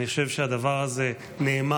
אני חושב שהדבר הזה נאמר,